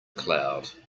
cloud